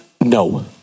No